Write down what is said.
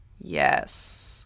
Yes